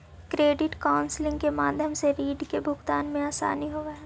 credit counselling के माध्यम से रीड के भुगतान में असानी होवऽ हई